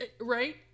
Right